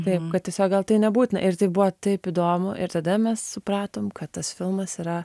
taip kad tiesiog gal tai nebūtina ir tai buvo taip įdomu ir tada mes supratom kad tas filmas yra